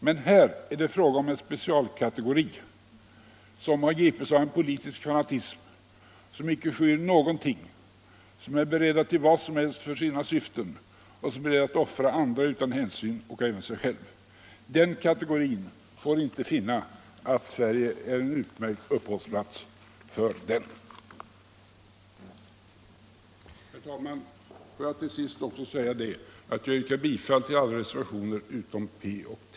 Men här är det fråga om en speciell kategori av människor, som gripits av en politisk fanatism, som icke skyr någonting, som är beredda till vad som helst för sina syften och som är beredda att offra andra utan hänsyn och även sig själva. Den kategorin får inte finna att Sverige är en utmärkt uppehållsplats för dem. Herr talman! Låt mig till sist yrka bifall till alla reservationer utom P och T.